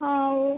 ஆ ஓ